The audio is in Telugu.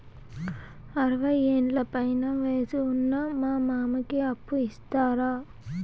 అరవయ్యేండ్ల పైన వయసు ఉన్న మా మామకి అప్పు ఇస్తారా